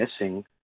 missing